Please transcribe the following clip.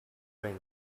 drink